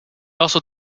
also